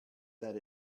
that